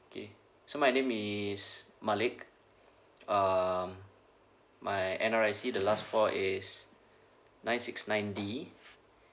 okay so my name is malik um my N_R_I_C the last four is nine six nine D